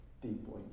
deeply